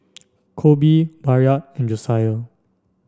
Colby Bayard and Josiah